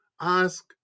ask